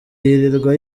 yirirwa